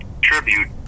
tribute